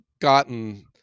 gotten